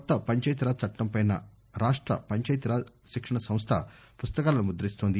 కొత్త పంచాయతీరాజ్ చట్టంపై రాష్ట పంచాయతీరాజ్ శిక్షణ సంస్ల ఫుస్తకాలను ముదిస్తోంది